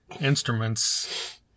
instrument's